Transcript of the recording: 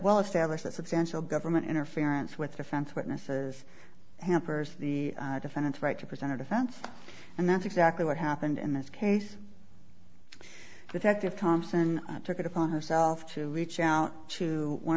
well established that substantial government interference with defense witnesses hampers the defendant's right to present a defense and that's exactly what happened in this case effective thompson took it upon herself to reach out to one